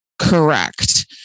Correct